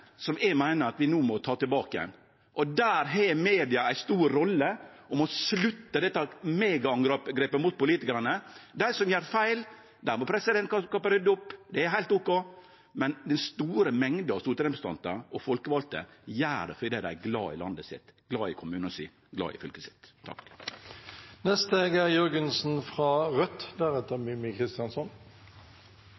som eg meiner at vi no må ta tilbake. Der har media ei stor rolle og må slutte dette megaangrepet mot politikarane. Når det gjeld dei som gjer feil, må presidentskapet rydde opp. Det er heilt ok, men den store mengda stortingsrepresentantar og folkevalde gjer dette fordi dei er glade i landet sitt, glade i kommunen sin, glade i fylket sitt.